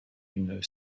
une